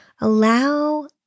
Allow